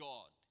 God